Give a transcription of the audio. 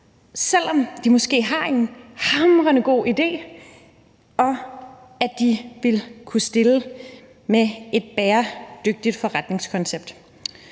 selv om de måske har en hamrende god idé og de vil kunne stille med et bæredygtigt forretningskoncept.